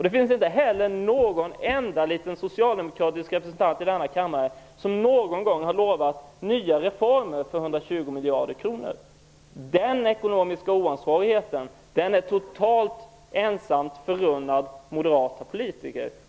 Det finns heller inte någon enda socialdemokratisk representant som i denna kammare någon gång har lovat nya reformer för 120 miljarder kronor. En sådan ekonomisk oansvarighet är helt och hållet förunnad moderata politiker.